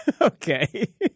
Okay